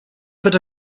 put